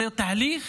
זה תהליך